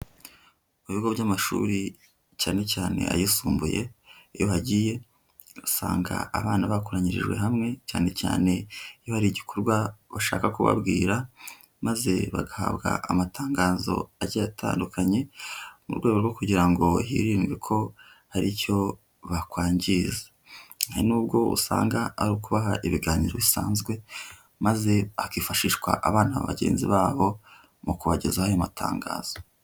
Mu bigo by'amashuri, cyane cyane ayisumbuye iyo uhagiye usanga abana bakoranyirijwe hamwe, cyane cyane iyo hari igikorwa bashaka kubabwira, maze bagahabwa amatangazo agiye atandukanye, mu rwego rwo kugira ngo hirindwe ko hari icyo bakwangiza. Hari n'ubwo usanga ari ukubaha ibiganiro bisanzwe, maze hakifashishwa abana bagenzi babo mu kubagezaho ayo matangazo.